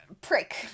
prick